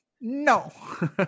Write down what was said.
no